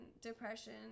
depression